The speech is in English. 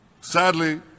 Sadly